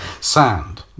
sand